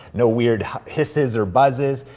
no weird hisses or buzzes.